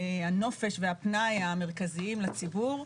הנופש והפנאי המרכזיים לציבור.